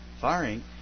firing